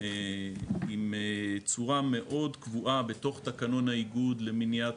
עם צורה מאוד קבועה בתוך תקנון האיגוד למניעת